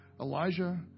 Elijah